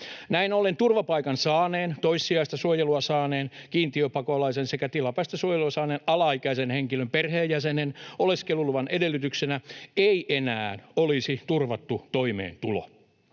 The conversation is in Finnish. Näin ollen turvapaikan saaneen, toissijaista suojelua saaneen, kiintiöpakolaisen sekä tilapäistä suojelua saaneen alaikäisen henkilön perheenjäsenen oleskeluluvan edellytyksenä ei enää olisi turvattu toimeentulo.